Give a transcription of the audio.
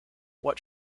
what